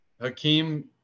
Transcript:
Hakeem